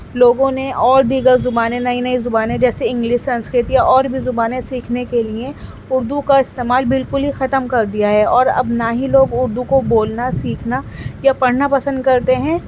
لوگوں نے اور دیگر زبانیں نئی نئی زبانیں جیسے اِنگلس سنسکرت یا اور بھی زبانیں سیکھنے کے لئے اُردو کا استعمال بالکل ہی ختم کر دیا ہے اور اب نا ہی لوگ اُردو کو بولنا سیکھنا یا پڑھنا پسند کرتے ہیں